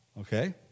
okay